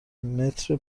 متر